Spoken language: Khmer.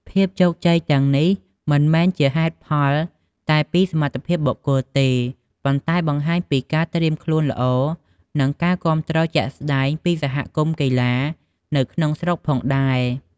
ភាពជោគជ័យទាំងនេះមិនមែនជាហេតុផលតែពីសមត្ថភាពបុគ្គលទេ ប៉ុន្តែបង្ហាញពីការត្រៀមខ្លួនល្អ និងការគាំទ្រជាក់ស្តែងពីសហគមន៍កីឡានៅក្នុងស្រុកផងដែរ។